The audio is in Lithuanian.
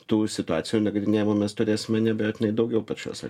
tų situacijų nagrinėjimui mes turėsime neabejotinai daugiau pačios